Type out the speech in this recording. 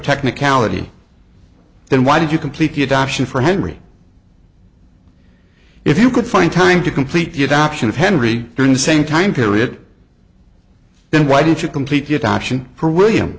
technicality well then why did you complete the adoption for henry if you could find time to complete the adoption of henry during the same time period well then why didn't you complete the adoption for william